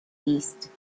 نیست